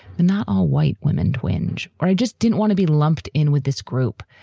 but not all white women twinge or i just didn't want to be lumped in with this group.